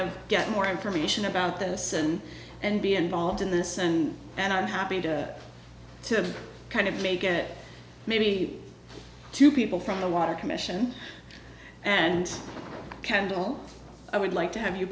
of get more information about this and and be involved in this and and i'm happy to kind of make it maybe two people from the water commission and kendall i would like to have you